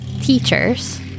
teachers